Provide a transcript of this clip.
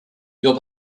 your